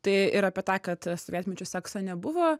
tai ir apie tą kad sovietmečiu sekso nebuvo